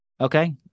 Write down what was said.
okay